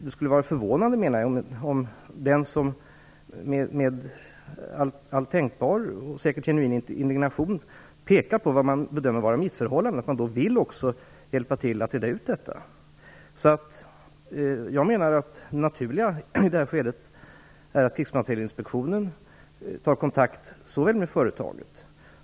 Det skulle vara förvånande om den som med all tänkbar, och säkert genuin, indignation pekar på det man bedömer vara missförhållanden inte vill hjälpa till att reda ut frågan. Jag menar att det naturliga i detta skede är att Krigsmaterielinspektionen tar kontakt med företaget.